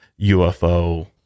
UFO